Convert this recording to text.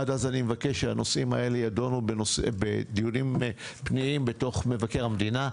עד אז אני מבקש שהנושאים האלה יידונו בדיונים פנימיים בתוך מבקר המדינה.